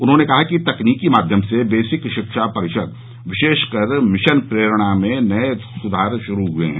उन्होंने कहा कि तकनीकी माध्यम से बेसिक शिक्षा परिषद विशेष कर मिशन प्रेरणा में नये सुधार शुरू हुए है